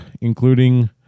including